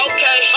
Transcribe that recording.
Okay